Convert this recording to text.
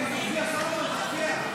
התשפ"ד 2024,